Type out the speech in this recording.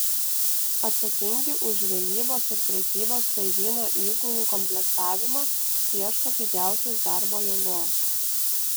atsakingi už žvejybos ar prekybos laivyno įgulų komplektavimą ieško pigiausios darbo jėgos